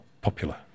popular